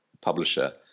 publisher